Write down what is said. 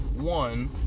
one